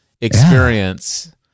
experience